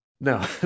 No